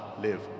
live